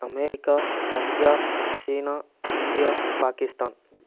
America Russia China India Pakistan